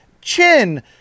chin